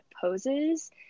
poses